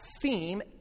theme